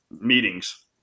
meetings